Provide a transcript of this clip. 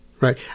Right